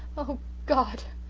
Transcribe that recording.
oh god!